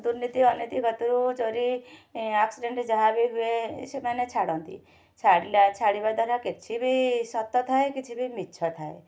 ଦୁର୍ନୀତି ଅନୀତି ଚୋରି ଆକ୍ସିଡ଼େଣ୍ଟ ଯାହାବି ହୁଏ ସେମାନେ ଛାଡ଼ନ୍ତି ଛାଡ଼ିଲେ ଛାଡ଼ିବା ଦ୍ଵାରା କିଛି ବି ସତ ଥାଏ କିଛି ବି ମିଛ ଥାଏ